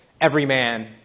everyman